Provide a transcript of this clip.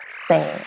singing